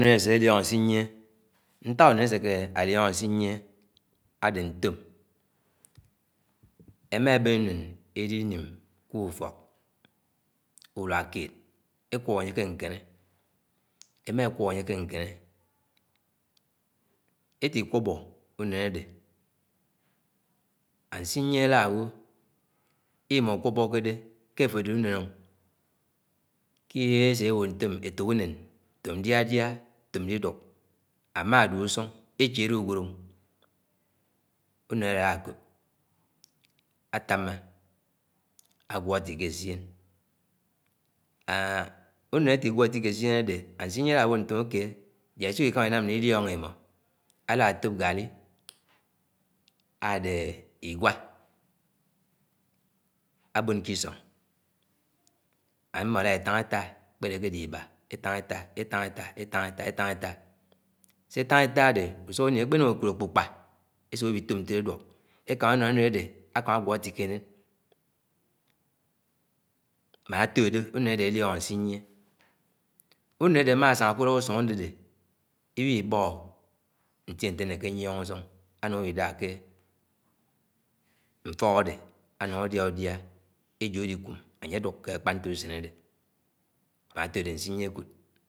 . ùnén ásélioñgo ásinýené i nták únén áséké àlióngo àsinyeñe àdé ñtóom. Émá eɓen uñen elinem mi-ùfọƙ ùnía kẽed ekũọb ánye ke ñkéné, eti-kúọbọ únén adé ásíñyie, áláwo ìmó ùƙuobòkédé ke àfó adé ùnén o i iké ésé éwó ñtóom "étók únén tóom díadía tóom lídúk, ámádúe úsúng échied úgúod” únén ade àlá àkóp àtám̃a àgúo átike éssien aɦ ùñen ati-guo itiƙe éssien adé ánsinyéné àláwó ntoom jak isoho ìkàm̃a inám jak ìlióngo em̃ọ àlá tóp gárri édí ìgúa ábón ki-isóng ámmó ela ètáng ètá kpédé àlíedé ìbá etang étá. Se ètáng èta àdé úsúk ini èkpenúng èkúd àkpùjpa èsúk éwi itúp ntélé édúou ékámá, énám úñen adé àkámá àgúọ atiké éñen. Man àtòdé ùnén adé aliongo ánsiñýie. ùñen adé àmá sánga, kú-ùtọk ùsúng adé‘iwi ibọhọ ñtíe nté ánéƙe ányíong ùsúng, anung awi ìdá ke mfọa adé ánung ádía ùdía ejo àlikúm anye aduk ke akpante-ùsén adé mán atódé asinyie àkúd